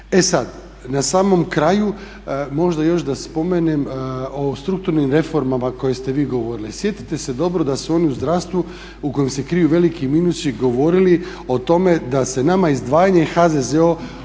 E sad, na samom kraju možda još da spomenem o strukturnim reformama koje ste vi govorili. Sjetite se dobro da su oni u zdravstvu u kojem se kriju veliki minusi govorili o tome da se nama izdvajanje HZZO